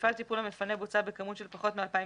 במפעל טיפול המפנה בוצה בכמות של פחות מאלפיים